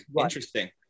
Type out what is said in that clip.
interesting